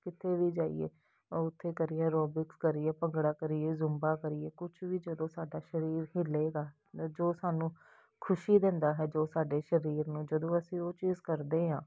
ਕਿਤੇ ਵੀ ਜਾਈਏ ਉੱਥੇ ਕਰੀਏ ਐਰੋਬਿਕਸ ਕਰੀਏ ਭੰਗੜਾ ਕਰੀਏ ਜੁੰਬਾ ਕਰੀਏ ਕੁਛ ਵੀ ਜਦੋਂ ਸਾਡਾ ਸਰੀਰ ਹਿੱਲੇਗਾ ਜੋ ਸਾਨੂੰ ਖੁਸ਼ੀ ਦਿੰਦਾ ਹੈ ਜੋ ਸਾਡੇ ਸਰੀਰ ਨੂੰ ਜਦੋਂ ਅਸੀਂ ਉਹ ਚੀਜ਼ ਕਰਦੇ ਹਾਂ